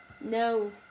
No